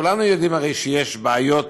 הרי כולנו יודעים שיש בעיות